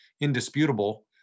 indisputable